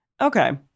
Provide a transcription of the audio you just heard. okay